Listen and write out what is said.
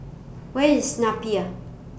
Where IS Napier